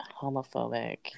homophobic